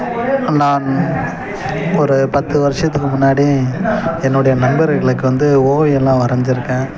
நான் ஒரு பத்து வருடத்துக்கு முன்னாடி என்னோடய நண்பர்களுக்கு வந்து ஓவியமெலாம் வரைஞ்சுருக்கேன்